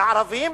לערבים,